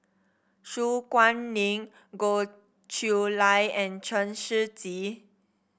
Su Guaning Goh Chiew Lye and Chen Shiji